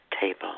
table